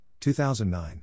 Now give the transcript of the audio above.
2009